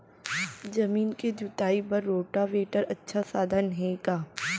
जमीन के जुताई बर रोटोवेटर अच्छा साधन हे का?